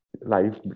life